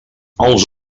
als